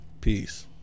Peace